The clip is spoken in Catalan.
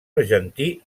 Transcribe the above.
argentí